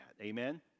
Amen